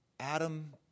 Adam